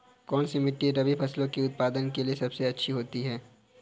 कौनसी मिट्टी रबी फसलों के उत्पादन के लिए अच्छी होती है?